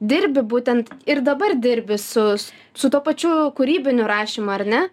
dirbi būtent ir dabar dirbi su su tuo pačiu kūrybiniu rašymu ar ne